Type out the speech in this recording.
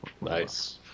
Nice